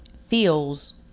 feels